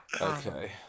Okay